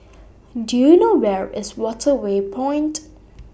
Do YOU know Where IS Waterway Point